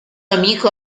amico